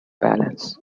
balance